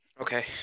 Okay